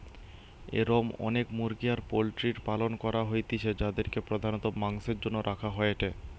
এরম অনেক মুরগি আর পোল্ট্রির পালন করা হইতিছে যাদিরকে প্রধানত মাংসের জন্য রাখা হয়েটে